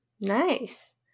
nice